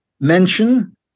mention